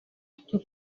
cyo